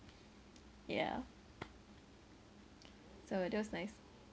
ya so that was nice